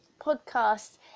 podcast